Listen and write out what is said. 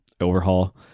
Overhaul